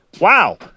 wow